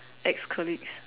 ex colleagues